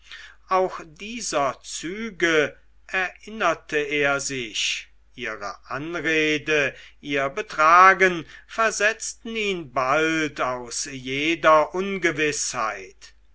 auch dieser züge erinnerte er sich ihre anrede ihr betragen versetzten ihn bald aus jeder ungewißheit